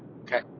okay